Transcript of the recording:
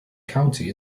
county